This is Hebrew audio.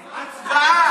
והיום בעיקרו כלכלי,